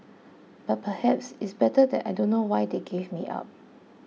but perhaps it's better that I don't know why they gave me up